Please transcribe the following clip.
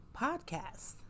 podcast